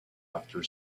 after